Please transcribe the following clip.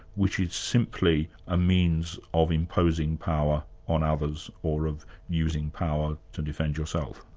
which is simply a means of imposing power on others or of using power to defend yourself.